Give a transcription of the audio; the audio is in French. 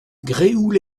gréoux